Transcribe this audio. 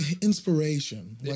inspiration